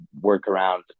workaround